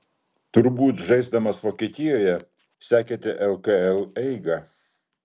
turbūt žaisdamas vokietijoje sekėte lkl eigą